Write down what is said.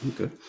Okay